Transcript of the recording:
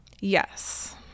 Yes